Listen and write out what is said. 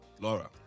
Laura